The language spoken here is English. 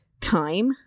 time